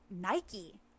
Nike